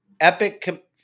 epic